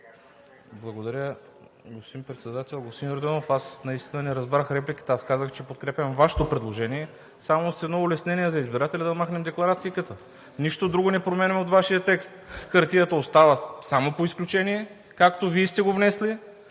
Благодаря, господин Председател. Господин Йорданов, наистина не разбрах репликата. Аз казах, че подкрепям Вашето предложение, само с едно улеснение за избирателя – да махнем декларацийката. Нищо друго не променяме от Вашия текст. Хартията остава само по изключение, както Вие сте го внесли.